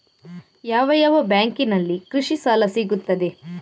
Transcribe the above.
ಯಾವ ಯಾವ ಬ್ಯಾಂಕಿನಲ್ಲಿ ಕೃಷಿ ಸಾಲ ಸಿಗುತ್ತದೆ?